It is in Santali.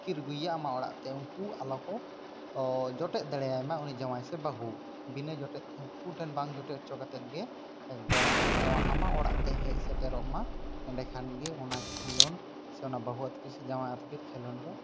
ᱟᱹᱛᱠᱤᱨ ᱟᱜᱩᱭᱭᱟ ᱟᱢᱟᱜ ᱚᱲᱟᱜ ᱛᱮ ᱩᱱᱠᱩ ᱟᱞᱚᱠᱚ ᱡᱚᱴᱮᱫ ᱫᱟᱲᱮᱭᱟᱭᱢᱟ ᱩᱱᱤ ᱡᱟᱶᱟᱭ ᱥᱮ ᱵᱟᱹᱦᱩ ᱵᱤᱱᱟᱹ ᱡᱚᱴᱮᱫ ᱩᱱᱠᱩ ᱴᱷᱮᱱ ᱵᱟᱝ ᱡᱚᱴᱮᱫ ᱪᱚ ᱠᱟᱛᱮᱫ ᱜᱮ ᱮᱠᱫᱚᱢ ᱱᱟᱣᱟ ᱟᱢᱟᱜ ᱚᱲᱟᱜ ᱛᱮ ᱦᱮᱡ ᱥᱮᱴᱮᱨᱚᱜ ᱢᱟ ᱮᱱᱰᱮᱠᱷᱟᱱ ᱜᱮ ᱚᱱᱟ ᱠᱷᱮᱞᱳᱰ ᱥᱮ ᱚᱱᱟ ᱵᱟᱹᱦᱩ ᱟᱹᱛᱠᱤᱨ ᱥᱮ ᱡᱟᱶᱟᱭ ᱟᱹᱛᱠᱤᱨ ᱠᱷᱮᱞᱳᱰ ᱫᱚ